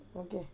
okay